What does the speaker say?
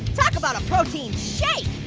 talk about a protein shake.